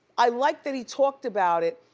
i like that he talked about it.